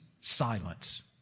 silence